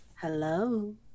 hello